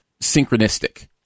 synchronistic